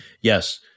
yes